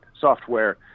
software